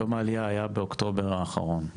יום העלייה היה באוקטובר האחרון.